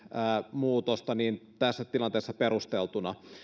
muutosta tässä tilanteessa perusteltuna